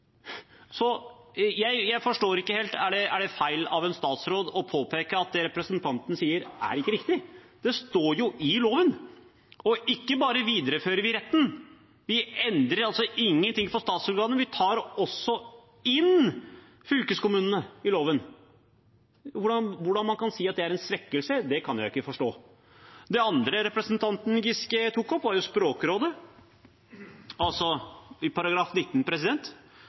Så jeg forstår ikke helt – er det feil av en statsråd å påpeke at det representanten sier ikke er riktig? Det står jo i loven! Ikke bare viderefører vi retten – vi endrer altså ingen ting for statsorganene – vi tar i tillegg inn fylkeskommunene i loven. Hvordan man kan si at det er en svekkelse, kan jeg ikke forstå. Det andre representanten Giske tok opp, var Språkrådet. Altså: § 19